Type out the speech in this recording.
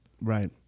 right